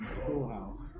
schoolhouse